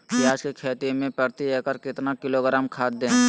प्याज की खेती में प्रति एकड़ कितना किलोग्राम खाद दे?